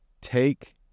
take